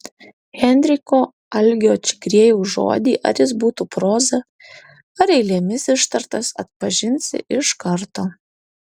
henriko algio čigriejaus žodį ar jis būtų proza ar eilėmis ištartas atpažinsi iš karto